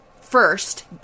first